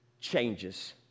changes